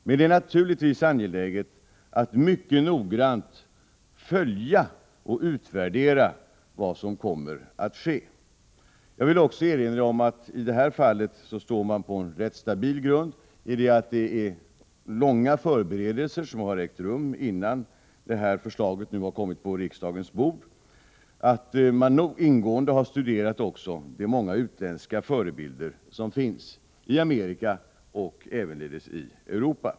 Men det är naturligtvis angeläget att mycket noggrant följa och utvärdera vad som kommer att ske. Jag vill också erinra om att i detta fall står man på en rätt stabil grund därigenom att långa förberedelser ägt rum innan detta förslag kommit på riksdagens bord. Man har ingående studerat också de många utländska förebilder som finns i Amerika och i Europa.